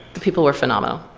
the people were phenomenal.